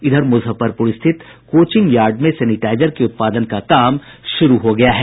इधर मुजफ्फरपुर स्थित coaching yard में सेनिटाइजर के उत्पादन का काम शुरू हो गया है